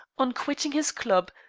on quitting his club,